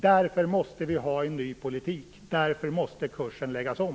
Därför måste vi ha en ny politik. Därför måste kursen läggas om.